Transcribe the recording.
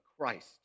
Christ